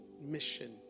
mission